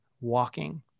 walking